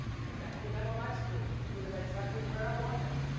so i can put that on my screen. put it exactly where i want it